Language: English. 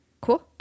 Cool